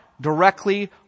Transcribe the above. directly